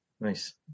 Nice